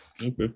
Okay